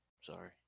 Sorry